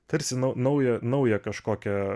tarsi naują naują kažkokią